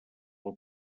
pel